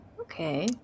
Okay